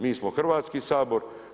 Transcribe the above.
Mi smo Hrvatski sabor.